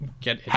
get